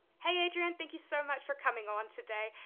hey adrian, thank you so much for coming on today.